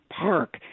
Park